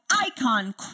icon